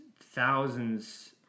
thousands